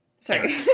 Sorry